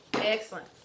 Excellent